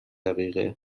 دقیقه